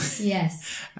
Yes